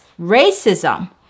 racism